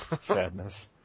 Sadness